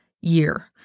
year